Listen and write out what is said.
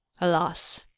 Alas